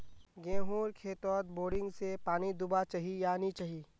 गेँहूर खेतोत बोरिंग से पानी दुबा चही या नी चही?